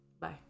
Bye